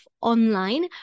online